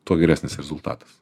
tuo geresnis rezultatas